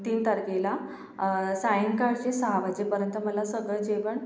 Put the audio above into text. तीन तारखेला सायंकाळचे सहा वाजेपर्यंत मला सगळं जेवण